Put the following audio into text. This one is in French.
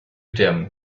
terme